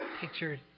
pictured